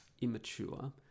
immature